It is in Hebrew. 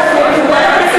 עם עוד שלושה שותפים,